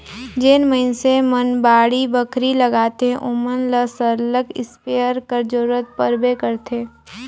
जेन मइनसे मन बाड़ी बखरी लगाथें ओमन ल सरलग इस्पेयर कर जरूरत परबे करथे